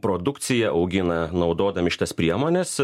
produkciją augina naudodami šitas priemones